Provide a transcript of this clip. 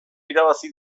irabazi